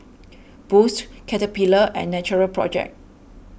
Boost Caterpillar and Natural Project